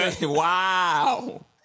Wow